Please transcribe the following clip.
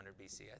BC